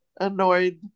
annoyed